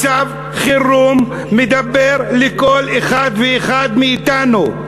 מצב חירום מדבר לכל אחד ואחד מאתנו.